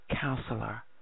Counselor